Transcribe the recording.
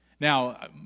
Now